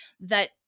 that-